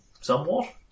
somewhat